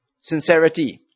sincerity